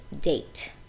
date